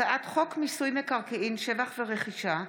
הצעת חוק מיסוי מקרקעין (שבח ורכישה)